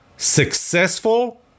successful